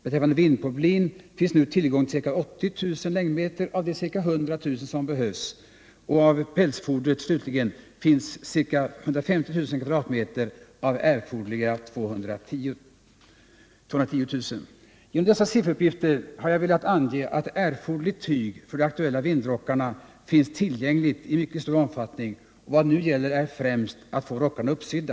Beträffande vindpoplin finns nu tillgång till ca 80 000 aktuella vindrockarna finns tillgängligt i mycket stor omfattning. Vad det nu gäller är främst att få rockarna uppsydda.